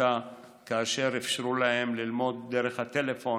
איתה כאשר אפשרו להם ללמוד דרך הטלפון,